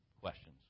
questions